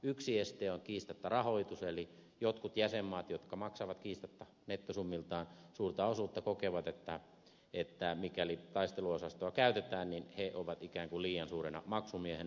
yksi este on kiistatta rahoitus eli jotkut jäsenmaat jotka maksavat kiistatta nettosummiltaan suurta osuutta kokevat että mikäli taisteluosastoa käytetään niin he ovat ikään kuin liian suurena maksumiehenä